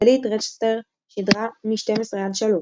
דלית רצ'שטר שידרה 1200–1500,